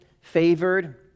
favored